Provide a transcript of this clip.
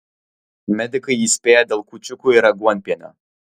medikai įspėja dėl kūčiukų ir aguonpienio